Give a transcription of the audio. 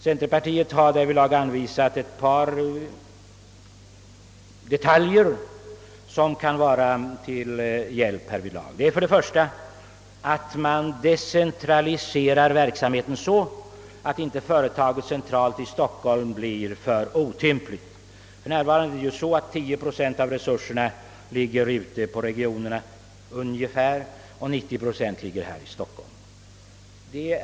Centerpartiet har därvidlag pekat på ett par detaljer som kan vara till hjälp. Den första är att man decentraliserar verksamheten så, att det centrala företaget i Stockholm inte blir för otympligt. För närvarande ligger ungefär 10 procent av resurserna ute i regionerna och 90 procent i Stockholm.